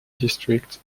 district